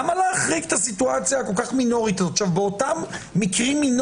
אתם תקפצו על הסיטואציה ותאמרו בוודאי שאנחנו צריכים להיות בפנים.